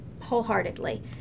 wholeheartedly